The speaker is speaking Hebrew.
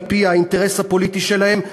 על-פי האינטרס הפוליטי שלהם,